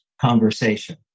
conversation